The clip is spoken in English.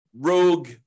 rogue